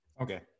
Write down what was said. Okay